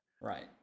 Right